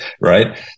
right